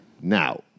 Now